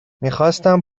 میخواستم